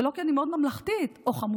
ולא כי אני מאוד ממלכתית או חמודה.